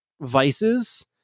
vices